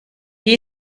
die